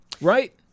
right